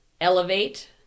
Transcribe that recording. elevate